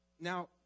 now